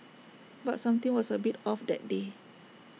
but something was A bit off that day